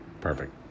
Perfect